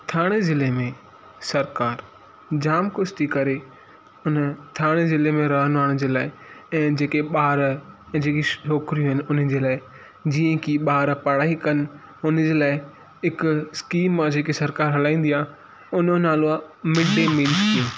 थाणे ज़िले में सरकार जामु कुझु थी करे उन थाणे ज़िले में रहणु वारे माण्हुनि जे लाइ ऐं जेके ॿार ऐं जेकी छोकिरियूं आहिनि उन में लाइ जीअं की ॿार पढ़ाई कनि उन जे लाइ हिकु स्कीम आहे जेके सरकार हलाईंदी आहे उन जो नालो आहे मिडे मील